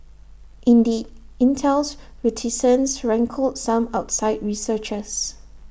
indeed Intel's reticence rankled some outside researchers